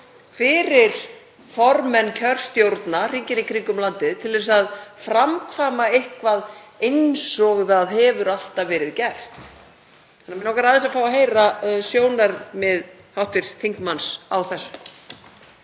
fyrir formenn kjörstjórna hringinn í kringum landið til að framkvæma eitthvað eins og það hefur alltaf verið gert. Mig langar aðeins að fá að heyra sjónarmið hv. þingmanns í þessu.